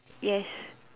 yes